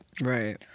Right